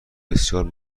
بسیار